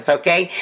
Okay